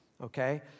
Okay